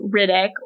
Riddick